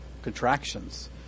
contractions